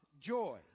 joy